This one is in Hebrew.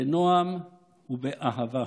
בנועם ובאהבה.